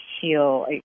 heal